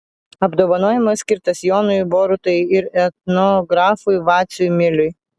apdovanojimas skirtas jonui borutai ir etnografui vaciui miliui